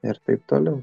ir taip toliau